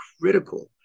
critical